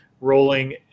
rolling